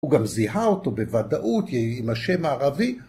הוא גם זיהה אותו בוודאות עם השם הערבי.